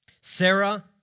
Sarah